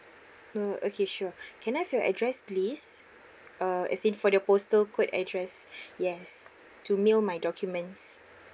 uh okay sure can I have your address please uh as in for the postal code address yes to mail my documents